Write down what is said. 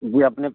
وہ اپنے